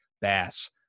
Bass